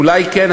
אולי כן,